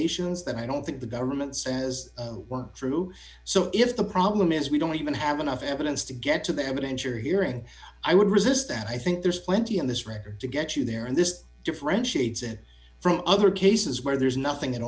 hallucinations that i don't think the government says were true so if the problem is we don't even have enough evidence to get to the evidence or hearing i would resist and i think there's plenty in this record to get you there and this differentiates it from other cases where there's nothing at